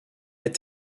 est